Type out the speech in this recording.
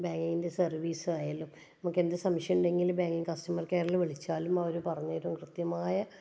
ബാങ്കിൻ്റെ സർവീസ് ആയാലും നമുക്ക് എന്ത് സംശയം ഉണ്ടെങ്കിലും ബാങ്കിൻ്റെ കസ്റ്റമർ കെയറിൽ വിളിച്ചാലും അവർ പറഞ്ഞു തരും കൃത്യമായ